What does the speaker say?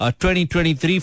2023